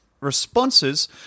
responses